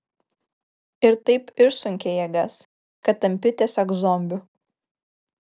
ir taip išsunkia jėgas kad tampi tiesiog zombiu